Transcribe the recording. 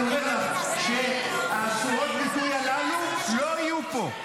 אני אומר שצורות ביטוי הללו לא יהיו פה,